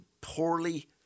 poorly